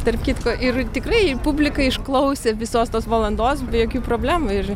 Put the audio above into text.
tarp kitko ir tikrai publika išklausė visos tos valandos be jokių problemų ir